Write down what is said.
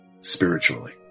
spiritually